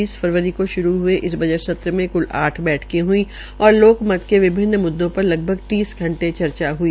बीस फरवरी को श्रू हये इस बजट सत्र में क्ल आठ बैठके हई और लोकमत के विभिन्न म्दृदों पर लगभग तीस घंटे चर्चा हई